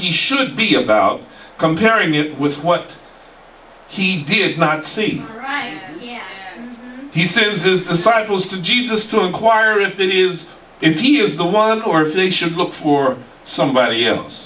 he should be about comparing it with what he did not see he says the site was to jesus to inquire if that is if he is the one or if they should look for somebody else